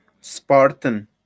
Spartan